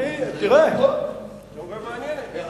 תיאוריה מעניינת.